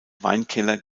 weinkeller